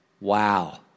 Wow